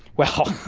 well,